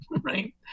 Right